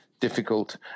difficult